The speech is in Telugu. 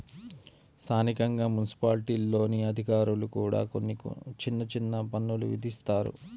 స్థానికంగా మున్సిపాలిటీల్లోని అధికారులు కూడా కొన్ని చిన్న చిన్న పన్నులు విధిస్తారు